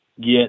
get